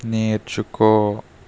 నేర్చుకో